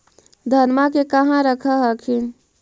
धनमा के कहा रख हखिन?